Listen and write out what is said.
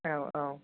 औ औ